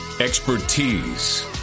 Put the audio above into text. expertise